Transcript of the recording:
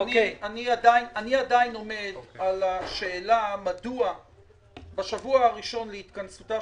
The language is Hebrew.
אני עדיין תוהה מדוע בשבוע הראשון להתכנסותה